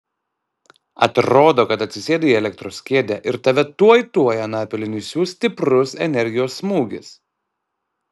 atrodo kad atsisėdai į elektros kėdę ir tave tuoj tuoj anapilin išsiųs stiprus energijos smūgis